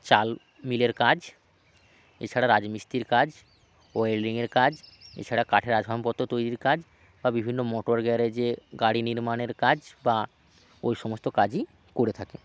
চাল মিলের কাজ এছাড়া রাজমিস্ত্রি কাজ ওয়েল্ডিংয়ের কাজ এছাড়া কাঠের আসবাবপত্র তৈরির কাজ বা বিভিন্ন মোটর গ্যারেজে গাড়ি নির্মাণের কাজ বা ওই সমস্ত কাজই করে থাকে